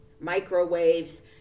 microwaves